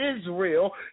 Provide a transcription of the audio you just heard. Israel